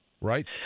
right